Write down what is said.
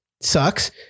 Sucks